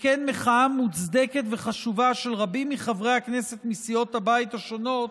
וכן מחאה מוצדקת וחשובה של רבים מחברי הכנסת מסיעות הבית השונות,